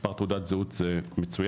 מספר תעודת זהות זה מצוין,